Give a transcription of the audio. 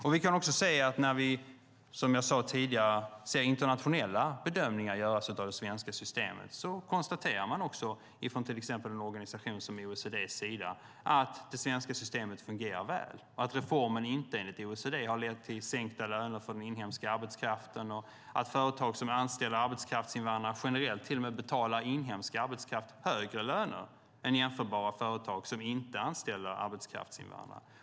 I internationella bedömningar, som jag sade tidigare, som har gjorts av det svenska systemet konstaterar man från till exempel en organisation som OECD att det svenska systemet fungerar väl och att reformen enligt OECD inte har lett till sänkta löner för den inhemska arbetskraften. Man konstaterar också att företag som anställer arbetskraftsinvandrare till och med betalar generellt högre löner till inhemsk arbetskraft än jämförbara företag som inte anställer arbetskraftsinvandrare.